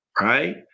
right